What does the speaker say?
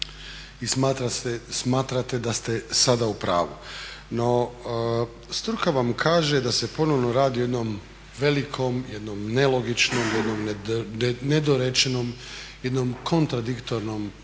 I smatrate da ste sada u pravu. No, struka vam kaže da se ponovno radi o jednom velikom, jednom nelogičnom, jednom nedorečenom, jednom kontradiktornom